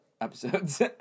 Episodes